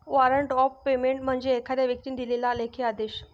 warrant of payment म्हणजे एखाद्या व्यक्तीने दिलेला लेखी आदेश